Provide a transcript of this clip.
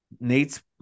Nate's